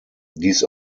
dies